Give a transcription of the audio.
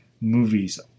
movies